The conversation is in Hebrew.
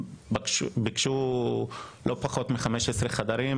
על אף שהם ביקשו לא פחות מ-15 חדרים,